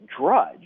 Drudge